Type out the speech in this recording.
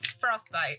Frostbite